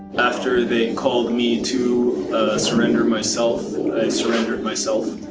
after they and called me to surrender myself, i surrendered myself.